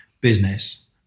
business